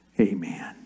Amen